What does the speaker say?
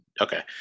Okay